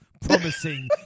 promising